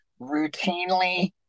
routinely